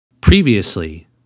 Previously